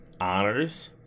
Honors